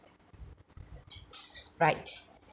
right